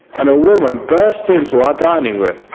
and a woman burst into our dining room.